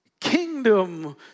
kingdom